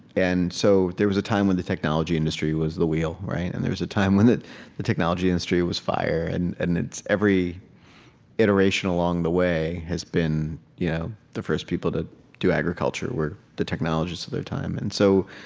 and so there was a time when the technology industry was the wheel. and there was the time when the the technology industry was fire. and and its every iteration along the way has been yeah the first people to do agriculture were the technologists of their time and so